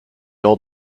old